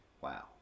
wow